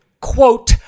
Quote